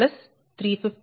21350228